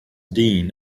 dean